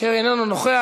אשר איננו נוכח.